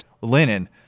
linen